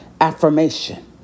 Affirmation